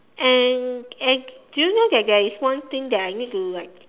and and do you know that there is one thing that I need to like